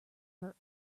hurt